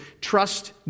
trust